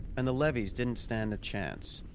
and the levees didn't stand a chance.